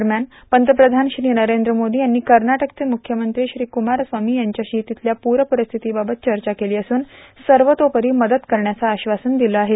दरम्यान पंतप्रधान श्री नरेंद्र मोदी यांनी कर्नाटकचे मुख्यमंत्री श्री कुमार स्वामी यांच्याशी तिथल्या पूरपरिस्थितीबाबत चर्चा केली असून सर्वतोपरि मदत करण्याचं आश्वासन दिलं आहे